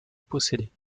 posséder